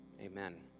Amen